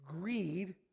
greed